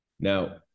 Now